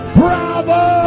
bravo